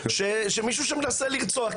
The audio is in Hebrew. שמישהו שם מנסה לרצוח,